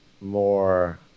more